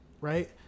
right